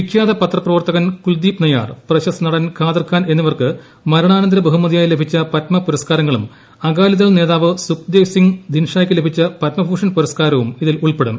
വിഖ്യാത പത്രപ്രവർത്ത കൻ കുൽദീപ് നയ്യാർ പ്രശ്സ്ത നടൻ ഖാദർ ഖാൻ എന്നിവർക്ക് മരണാനന്തര ബഹുമതി്യായി ലഭിച്ച പദ്മ പുരസ്ക്കാരങ്ങളും അകാലിദൾ നേതാവ് സുഖ്ദേവ് സിംഗ് ദിൻഷായ്ക്ക് ലഭിച്ച പദ്മഭൂഷൺ പുരസ്ക്കാരവും ഇതിൽ ഉൾപ്പെടും